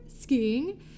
skiing